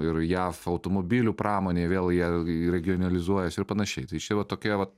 ir jav automobilių pramonėj vėl jie regijonalizuojasi ir panašiai tai čia va tokia vat